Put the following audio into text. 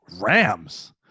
Rams